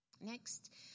Next